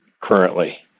currently